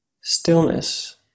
stillness